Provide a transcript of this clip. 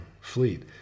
fleet